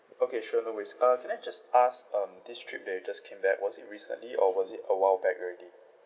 okay sure no worries uh can I just ask um this trip that you just came back was it recently or was it a while back already